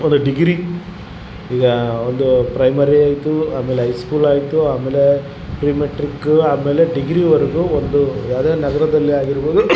ಒಂದು ಡಿಗ್ರಿ ಈಗ ಒಂದು ಪ್ರೈಮರಿ ಐತು ಆಮೇಲೆ ಐ ಸ್ಕೂಲ್ ಆಯಿತು ಆಮೇಲೆ ಪ್ರಿ ಮೆಟ್ರಿಕ್ಕು ಆಮೇಲೆ ಡಿಗ್ರಿವರೆಗು ಒಂದು ಯಾವುದೇ ನಗರದಲ್ಲಿ ಆಗಿರ್ಬೋದು